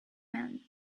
meant